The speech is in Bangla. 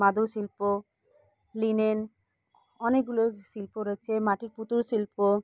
মাদুর শিল্প লিনেন অনেকগুলো শিল্প রয়েছে মাটির পুতুল শিল্প